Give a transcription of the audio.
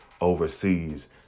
overseas